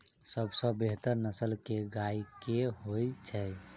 सबसँ बेहतर नस्ल केँ गाय केँ होइ छै?